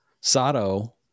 Sato